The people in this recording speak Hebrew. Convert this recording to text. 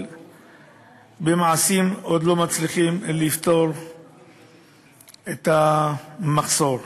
אבל במעשים עוד לא מצליחים לפתור את המחסור.